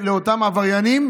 עם אותם עבריינים,